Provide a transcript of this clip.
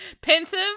Pensive